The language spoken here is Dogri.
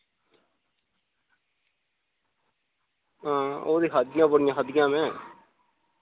हां ओह् ते खादियां बड़ियां खादियां मैं